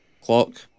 Clock